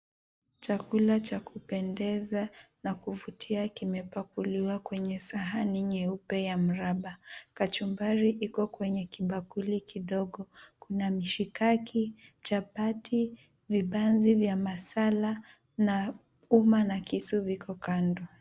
Chakula cha kupendeza na kuvutia kimepakuliwa kwenye sahani nyeupe ya mraba. Kachumbari iko kwenye kibakuli kidogo. Kuna mishikaki, chapati, vibanzi vya masala na umma na kisu viko kando.